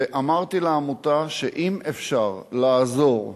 ואמרתי לעמותה שאם אפשר לעזור לאנשים,